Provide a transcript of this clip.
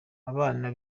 abana